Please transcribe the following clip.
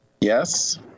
Yes